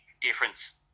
difference